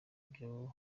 byo